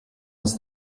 was